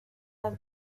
las